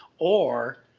or,